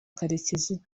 karekezi